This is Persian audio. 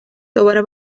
دوباره